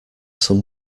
some